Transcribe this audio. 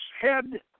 head